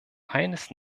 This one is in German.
eines